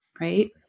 right